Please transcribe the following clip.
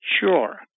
Sure